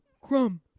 crumb